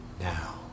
now